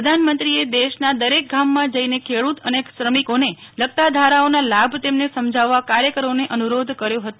પ્રધાનમંત્રીએ દેશના દરેક ગામમાં જઈને ખેડુત અને શ્રમિકોને લગતા ધારાનોના લાભ તેમને સમજાવવા કાર્યકરોને અનુ રોધ કર્યો હતો